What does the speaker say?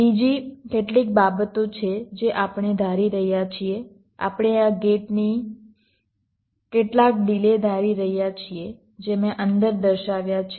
બીજી કેટલીક બાબતો છે જે આપણે ધારી રહ્યા છીએ આપણે આ ગેટની કેટલાક ડિલે ધારી રહ્યા છીએ જે મેં અંદર દર્શાવ્યા છે